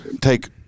take